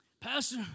Pastor